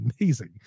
amazing